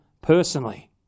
personally